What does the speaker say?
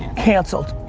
canceled.